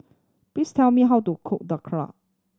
please tell me how to cook Dhokla